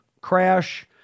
crash